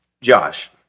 Josh